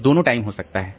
तो दोनों टाइम हो सकता है